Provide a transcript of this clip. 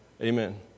Amen